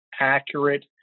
accurate